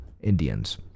Indians